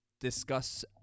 discuss